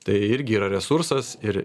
tai irgi yra resursas ir